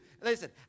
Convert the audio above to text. Listen